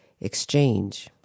exchange